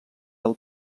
del